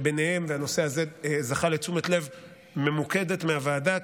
והנושא הזה זכה לתשומת לב ממוקדת מהוועדה,